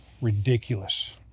ridiculous